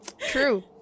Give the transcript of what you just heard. True